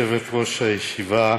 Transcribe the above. גברתי, יושבת-ראש הישיבה,